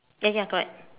eh ya correct